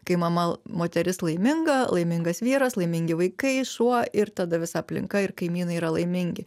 kai mama moteris laiminga laimingas vyras laimingi vaikai šuo ir tada visa aplinka ir kaimynai yra laimingi